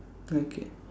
okay